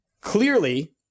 clearly